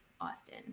Austin